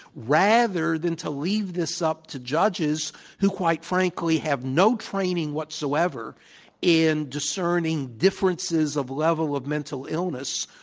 rather than to leave this up to judges who, quite frankly, have no training whatsoever in discerning differences of level of mental illness,